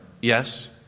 Yes